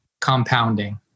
compounding